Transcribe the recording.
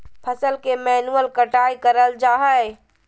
फसल के मैन्युअल कटाय कराल जा हइ